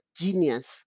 genius